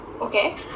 Okay